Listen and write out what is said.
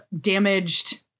damaged